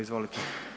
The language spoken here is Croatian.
Izvolite.